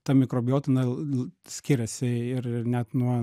ta mikrobiota jinai l l skiriasi ir ir net nuo